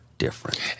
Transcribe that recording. different